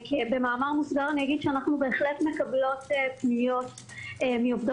במאמר מוסגר אני אגיד שאנחנו בהחלט מקבלות פניות מעובדות